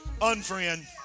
unfriend